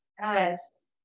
Yes